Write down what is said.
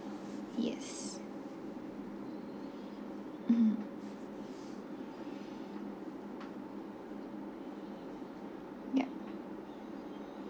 yes mmhmm yup